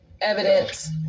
evidence